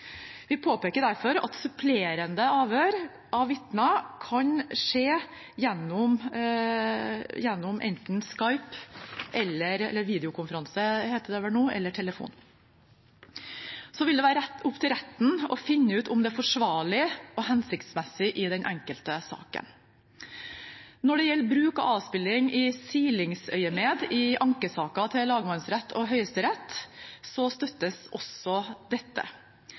Vi påpeker derfor at supplerende avhør av vitner kan skje gjennom enten Skype, videokonferanse eller telefon. Så vil det være opp til retten å finne ut om det er forsvarlig og hensiktsmessig i den enkelte saken. Når det gjelder bruk av avspilling i silingsøyemed i ankesaker til lagmannsretten og Høyesterett, støttes også dette.